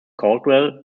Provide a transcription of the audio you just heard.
caldwell